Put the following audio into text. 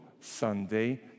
Sunday